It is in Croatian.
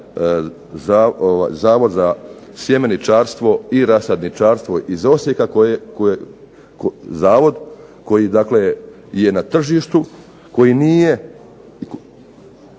Zavod za sjemeničarstvo i rasadničarstvo iz Osijeka, zvod koji dakle je na tržištu, koji nije